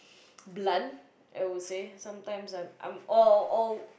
blunt I would say sometimes I I'm all all